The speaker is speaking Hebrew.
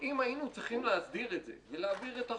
ואם היינו צריכים להסדיר את זה, ולהעביר את החוק,